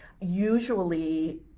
Usually